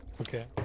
okay